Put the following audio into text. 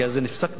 וזה נפסק באחת.